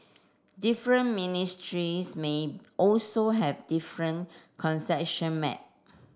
different ministries may also have different concession map